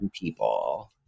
people